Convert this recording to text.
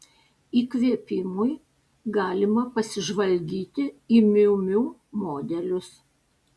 įkvėpimui galima pasižvalgyti į miu miu modelius